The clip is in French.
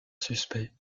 suspects